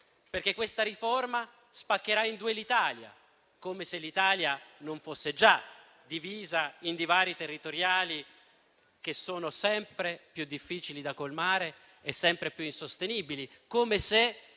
perché questa riforma spaccherà in due l'Italia, come non fosse già divisa da divari territoriali sempre più difficili da colmare e sempre più insostenibili,